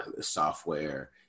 software